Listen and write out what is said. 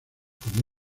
como